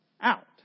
out